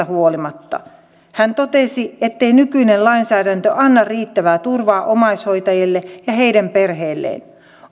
huolimatta hän totesi ettei nykyinen lainsäädäntö anna riittävää turvaa omaishoitajille ja heidän perheilleen